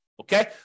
Okay